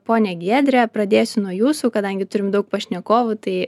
ponia giedrė pradėsiu nuo jūsų kadangi turim daug pašnekovų tai